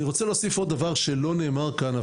אני רוצה להוסיף עוד דבר שלא נאמר כאן,